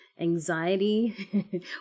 anxiety